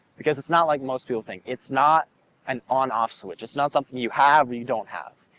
because it's not like most people think, it's not an on off switch. it's not something you have or you don't have.